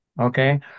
okay